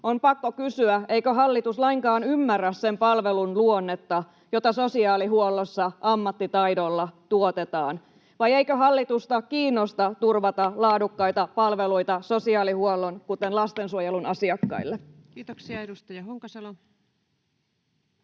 on pakko kysyä, eikö hallitus lainkaan ymmärrä sen palvelun luonnetta, jota sosiaalihuollossa ammattitaidolla tuotetaan, vai eikö hallitusta kiinnosta turvata laadukkaita palveluita sosiaalihuollon, kuten lastensuojelun, asiakkaille. [Speech 134]